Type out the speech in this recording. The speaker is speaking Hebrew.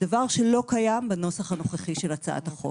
דבר שלא קיים בנוסח הנוכחי של הצעת החוק.